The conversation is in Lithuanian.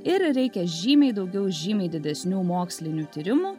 ir reikia žymiai daugiau žymiai didesnių mokslinių tyrimų